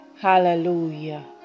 hallelujah